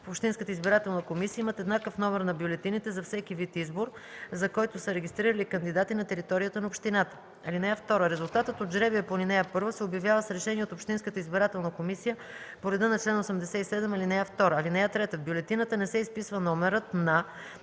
в общинската избирателна комисия, имат еднакъв номер на бюлетините за всеки вид избор, за който са регистрирали кандидати на територията на общината. (2) Резултатът от жребия по ал. 1 се обявява с решение от общинската избирателна комисия по реда на чл. 87, ал. 2. (3) В бюлетината не се изписва номерът на